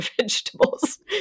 vegetables